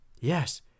Yes